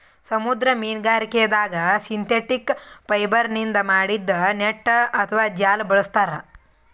ಸಮುದ್ರ ಮೀನ್ಗಾರಿಕೆದಾಗ್ ಸಿಂಥೆಟಿಕ್ ಫೈಬರ್ನಿಂದ್ ಮಾಡಿದ್ದ್ ನೆಟ್ಟ್ ಅಥವಾ ಜಾಲ ಬಳಸ್ತಾರ್